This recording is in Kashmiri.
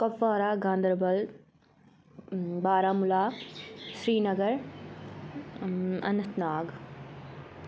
کۄپوارہ گانٛدَربَل باراہموٗلا سریٖنَگَر اننت ناگ